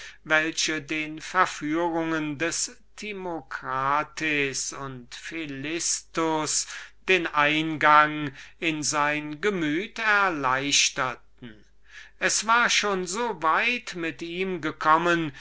welche den verführungen des timocrates und philistus den eingang in sein gemüt erleichterten es war schon so weit mit ihm gekommen